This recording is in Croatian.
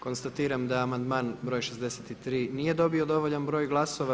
Konstatiram da amandman broj 63. nije dobio dovoljan broj glasova.